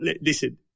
listen